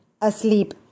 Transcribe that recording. asleep